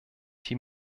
die